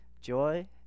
joy